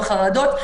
בחרדות,